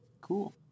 Cool